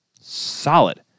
solid